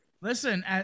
Listen